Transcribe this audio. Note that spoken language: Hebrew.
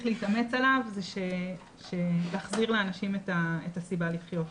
להתאמץ עליו זה להחזיר לאנשים את הסיבה לחיות.